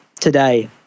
today